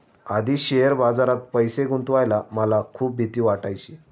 आधी शेअर बाजारात पैसे गुंतवायला मला खूप भीती वाटायची